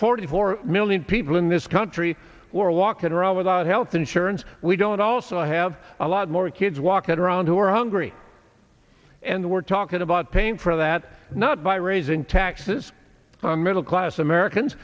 forty four million people in this country who are walking around without health insurance we don't also have a lot more kids walking around who are hungry and we're talking about paying for that not by raising taxes on middle class americans